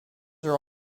are